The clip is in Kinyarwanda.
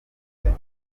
igeze